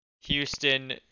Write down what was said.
Houston